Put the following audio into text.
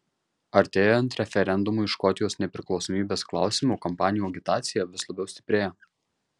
artėjant referendumui škotijos nepriklausomybės klausimu kampanijų agitacija vis labiau stiprėja